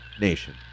nation